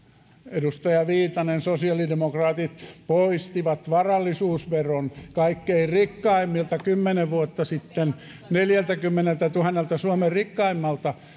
edustaja viitanen sosiaalidemokraatit poistivat varallisuusveron kaikkein rikkaimmilta kymmenen vuotta sitten neljältäkymmeneltätuhannelta suomen rikkaimmalta